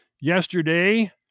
yesterday